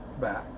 back